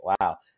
Wow